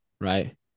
right